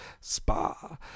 SPA